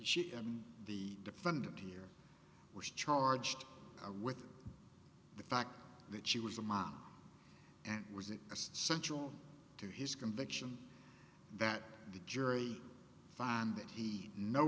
she and the defendant here was charged with the fact that she was a mom and was in central to his conviction that the jury find that he know